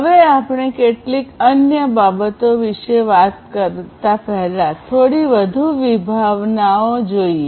હવે આપણે કેટલીક અન્ય બાબતો વિશે વાત કરતા પહેલા થોડી વધુ વિભાવનાઓ જોઈએ